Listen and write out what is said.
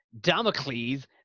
Damocles